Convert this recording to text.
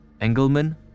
Engelman